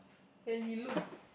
and he looks